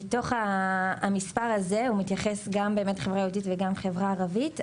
מתוך המספר הזה הוא מתייחס גם באמת לחברה היהודית וגם לחברה הערבית,